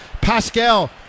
Pascal